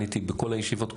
הייתי בכל הישיבות,